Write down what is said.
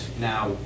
now